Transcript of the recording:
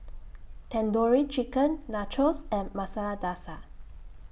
Tandoori Chicken Nachos and Masala Dosa